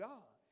God